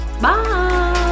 Bye